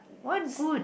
what good